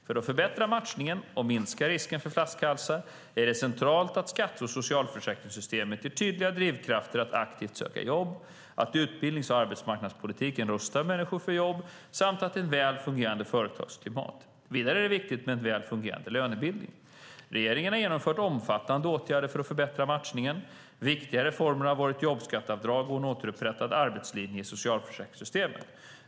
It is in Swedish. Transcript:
För att förbättra matchningen och minska risken för flaskhalsar är det centralt att skatte och socialförsäkringssystemet ger tydliga drivkrafter att aktivt söka jobb, att utbildnings och arbetsmarknadspolitiken rustar människor för jobb samt att det finns ett väl fungerade företagsklimat. Vidare är det viktigt med en väl fungerade lönebildning. Regeringen har genomfört omfattande åtgärder för att förbättra matchningen. Viktiga reformer har varit jobbskatteavdraget och en återupprättad arbetslinje i socialförsäkringssystemen.